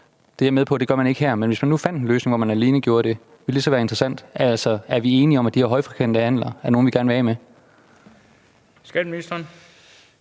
Det er jeg med på at man ikke gør her, men hvis man nu fandt en løsning, hvor man alene gjorde det, ville det så være interessant? Altså, er vi enige om, at de her højfrekvente handler er nogle, vi gerne vil af med? Kl. 18:21 Den